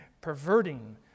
perverting